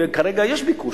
וכרגע יש ביקוש.